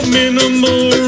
minimal